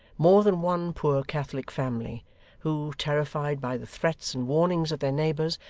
more than one poor catholic family who, terrified by the threats and warnings of their neighbours,